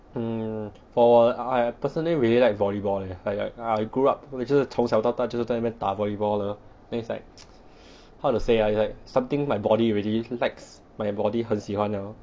mm for 我 I I personally really like volleyball leh like I I grew up 我就是从小到大就是在那边打 volleyball 了 then it's like how to say ah it's like something my body really likes my body 很喜欢 lor